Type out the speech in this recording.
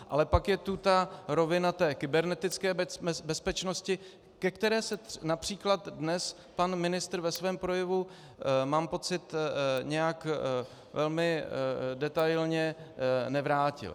Ale pak je tu rovina kybernetické bezpečnosti, ke které se například dnes pan ministr ve svém projevu, mám pocit, nějak velmi detailně nevrátil.